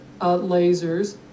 lasers